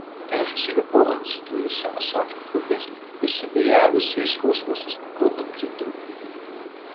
tada aš užsilipau ant sudužusio ąsočio šukės ir sudejavusi iš skausmo susmukau ant grindų